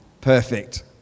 perfect